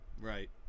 Right